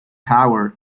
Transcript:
power